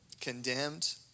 Condemned